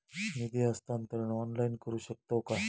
निधी हस्तांतरण ऑनलाइन करू शकतव काय?